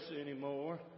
anymore